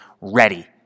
ready